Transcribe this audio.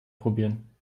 probieren